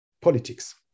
politics